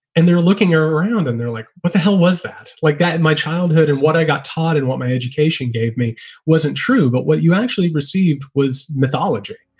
and they're looking around and they're like, what the hell was that like that in my childhood? and what i got taught and what my education gave me wasn't true. but what you actually received was mythology.